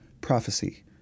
prophecy